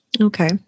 Okay